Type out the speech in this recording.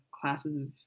classes